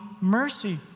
mercy